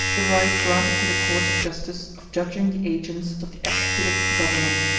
the right granted to the courts of justice of judging the agents of the executive government,